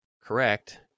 Correct